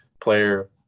player